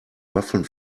waffeln